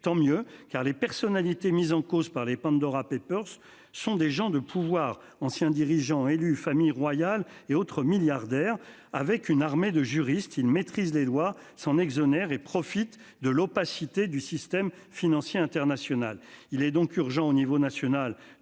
Tant mieux car les personnalités mises en cause par les Pandora Papers, sont des gens de pouvoir ancien dirigeant élu famille royale et autres milliardaires avec une armée de juristes il maîtrise les doit s'en exonère et profite de l'opacité du système financier international. Il est donc urgent au niveau national